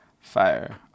Fire